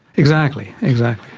exactly, exactly.